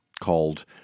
called